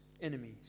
enemies